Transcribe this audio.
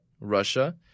Russia